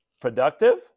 productive